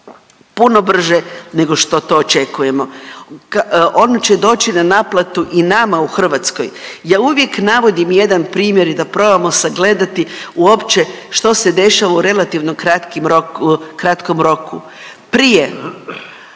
puno brže nego što to očekujemo, ona će doći na naplatu i nama u Hrvatskoj. Ja uvijek navodim jedan primjer i da probamo sagledati uopće što se dešava u relativno kratkim roko…, kratkom